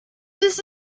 this